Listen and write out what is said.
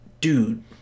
dude